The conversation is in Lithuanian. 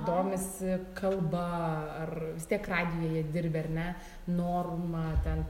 domisi kalba ar vis tiek radijuje dirbi ar ne norma ten